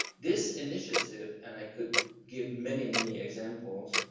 this initiative, and i could give many, many examples,